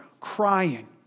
crying